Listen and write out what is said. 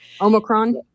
Omicron